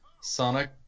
Sonic